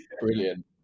brilliant